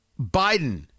Biden